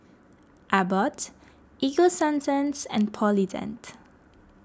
Abbott Ego Sunsense and Polident